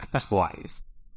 twice